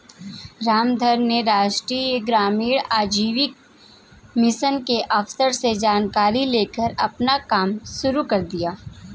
रामधन ने राष्ट्रीय ग्रामीण आजीविका मिशन के अफसर से जानकारी लेकर अपना कम शुरू कर दिया है